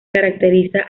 caracteriza